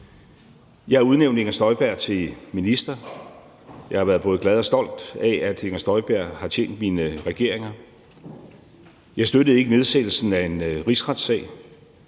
Jeg udnævnte fru Inger Støjberg til minister, og jeg har været både glad for og stolt af, at fru Inger Støjberg har tjent mine regeringer. Jeg støttede ikke anlæggelsen af en rigsretssag,